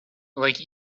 like